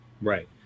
Right